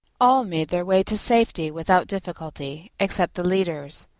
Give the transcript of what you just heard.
all made their way to safety without difficulty except the leaders,